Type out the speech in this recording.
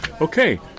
Okay